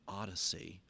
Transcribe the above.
odyssey